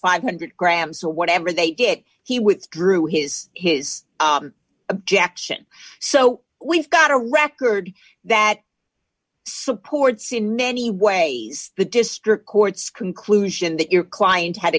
five hundred grams or whatever they did he withdrew his his objection so we've got a record that supports in many ways the district court's conclusion that your client had